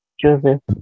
Joseph